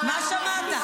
מה שמעת?